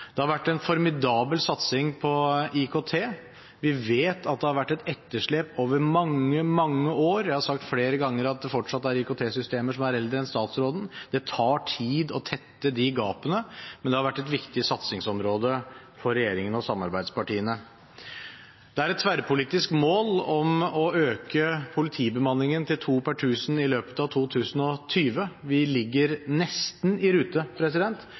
Det har vært en formidabel satsing på IKT. Vi vet at det har vært et etterslep over mange, mange år. Jeg har sagt flere ganger at det fortsatt er IKT-systemer som er eldre enn statsråden. Det tar tid å tette de gapene, men det har vært et viktig satsingsområde for regjeringen og samarbeidspartiene. Det er et tverrpolitisk mål å øke politibemanningen til 2 per 1 000 i løpet av 2020. Vi ligger nesten i rute.